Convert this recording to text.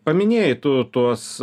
paminėjai tu tuos